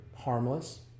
harmless